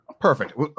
Perfect